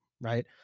right